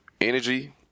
Energy